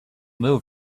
moved